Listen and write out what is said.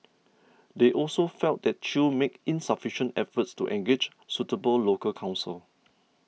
they also felt that Chew made insufficient efforts to engage suitable local counsel